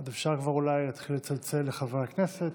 אז אפשר כבר אולי להתחיל לצלצל לחברי הכנסת.